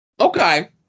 Okay